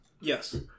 Yes